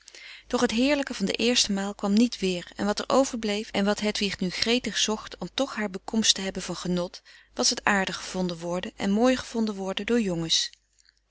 doch het heerlijke van de eerste maal kwam niet weer en wat er overbleef en wat hedwig nu gretig zocht om toch haar bekomst te hebben van genot was het aardig gevonden worden frederik van eeden van de koele meren des doods en mooi gevonden worden door jongens